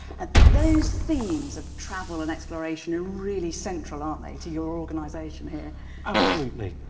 ah those themes of travel and exploration are really central aren't they to your organization here absolutely,